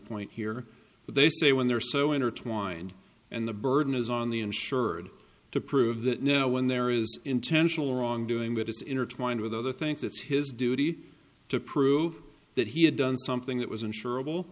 point here but they say when there are so intertwined and the burden is on the insured to prove that no one there is intentional wrongdoing that it's intertwined with other things it's his duty to prove that he had done something that was in